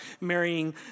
marrying